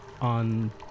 on